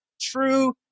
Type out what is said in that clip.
true